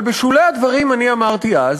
אבל בשולי הדברים אני אמרתי אז